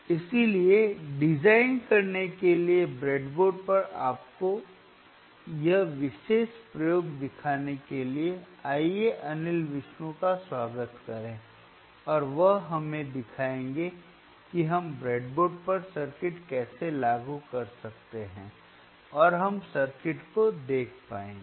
इसलिए डिज़ाइन करने के लिए ब्रेडबोर्ड पर आपको यह विशेष प्रयोग दिखाने के लिए आइए अनिल विष्णु का स्वागत करें और वह हमें दिखाएंगे कि हम ब्रेडबोर्ड पर सर्किट कैसे लागू कर सकते हैं और हम सर्किट को देख पाएंगे